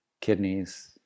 kidneys